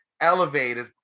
elevated